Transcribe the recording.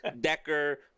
Decker